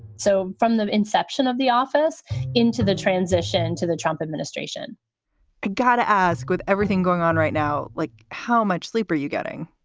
so from the inception of the office into the transition to the trump administration, i gotta ask, with everything going on right now, like how much sleep are you getting?